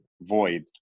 void